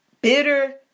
bitter